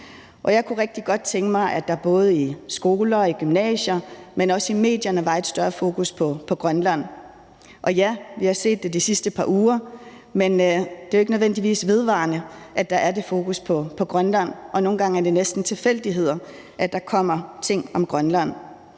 Jeg kunne rigtig godt tænke mig, at der både i skoler og i gymnasier, men også i medierne, var et større fokus på Grønland. Og ja, vi har set det de sidste par uger, men det er jo ikke nødvendigvis vedvarende, at der er det fokus på Grønland, og nogle gange er det næsten tilfældigheder, at der kommer ting om Grønland.